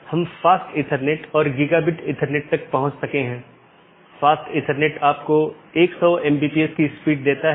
इसलिए हलका करने कि नीति को BGP प्रोटोकॉल में परिभाषित नहीं किया जाता है बल्कि उनका उपयोग BGP डिवाइस को कॉन्फ़िगर करने के लिए किया जाता है